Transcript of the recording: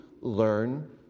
learn